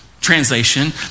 Translation